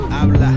Habla